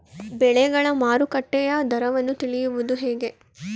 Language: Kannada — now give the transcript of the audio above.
ಬೆಳೆಗಳ ಮಾರುಕಟ್ಟೆಯ ದರವನ್ನು ತಿಳಿಯುವುದು ಹೇಗೆ?